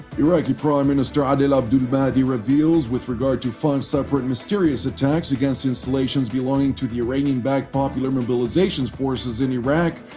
iraqi prime minister adel abdul-mahdi revealed, with regard to five-separate mysterious attacks against installations belonging to the iranian-backed popular mobilization forces in iraq,